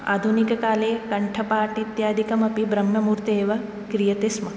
आधुनिककाले कण्ठपाठम् इत्यादिकमपि ब्रह्ममुहूर्ते एव क्रियते स्म